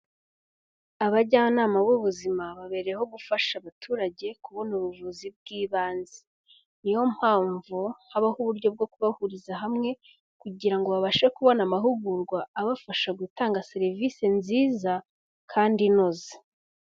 Abajyanama b'ubuzima babereyeho gufasha abaturage kubona ubuvuzi bw'ibanze, niyo mpamvu habaho uburyo bwo kubahuriza hamwe, kugira ngo babashe kubona amahugurwa abafasha gutanga serivisi nziza kandi inoze.